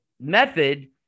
method